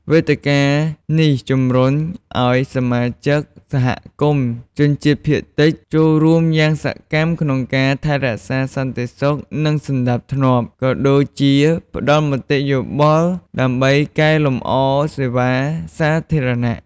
វេទិកានេះជំរុញឲ្យសមាជិកសហគមន៍ជនជាតិភាគតិចចូលរួមយ៉ាងសកម្មក្នុងការរក្សាសន្តិសុខ និងសណ្ដាប់ធ្នាប់ ក៏ដូចជាផ្តល់មតិយោបល់ដើម្បីកែលម្អសេវាសាធារណៈ។